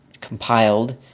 compiled